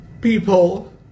people